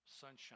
sunshine